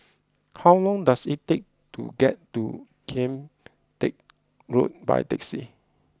how long does it take to get to Kian Teck Road by taxi